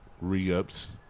Re-ups